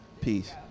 Peace